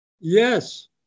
Yes